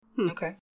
Okay